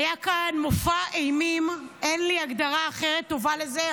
אין לי הגדרה אחרת טובה לזה.